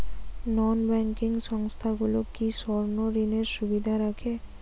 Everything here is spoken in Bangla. নন ব্যাঙ্কিং সংস্থাগুলো কি স্বর্ণঋণের সুবিধা রাখে?